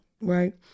right